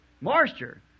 Moisture